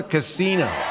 Casino